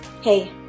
Hey